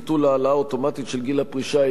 ביטול העלאה אוטומטית של גיל הפרישה),